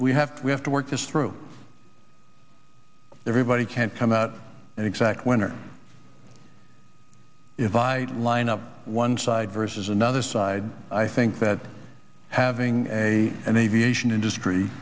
we have to we have to work this through everybody can't come out and exact when or if i line up one side versus another side i think that having a and aviation industry